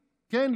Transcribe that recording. כן,